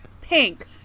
Pink